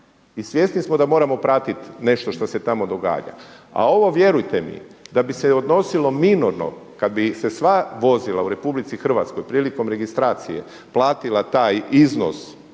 i svjesni smo da moramo pratiti nešto što se tamo događa. A ovo vjerujte mi da bi se odnosilo minorno kad bi se sva vozila u RH prilikom registracije platila taj iznos